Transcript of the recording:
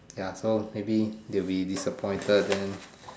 ya so maybe they will be disappointed then